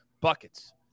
buckets